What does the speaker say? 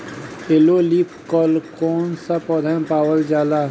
Yellow leaf कल कौन सा पौधा में पावल जाला?